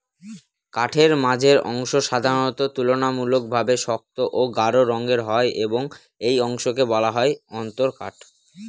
কাঠের মাঝের অংশ সাধারণত তুলনামূলকভাবে শক্ত ও গাঢ় রঙের হয় এবং এই অংশকে বলা হয় অন্তরকাঠ